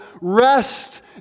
Rest